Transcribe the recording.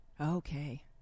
Okay